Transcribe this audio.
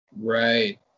Right